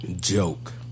joke